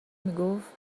میگفت